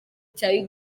cya